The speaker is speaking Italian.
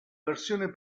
versione